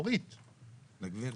אורית קודם.